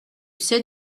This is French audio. sais